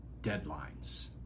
deadlines